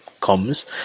comes